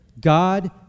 God